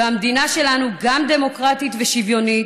והמדינה שלנו גם דמוקרטית ושוויונית,